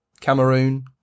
Cameroon